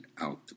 out